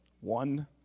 One